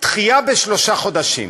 דחייה בשלושה חודשים.